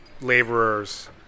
laborers